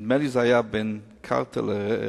נדמה לי שזה היה בין קרטר לרייגן,